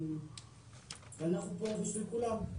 אנחנו פה בשביל כולם.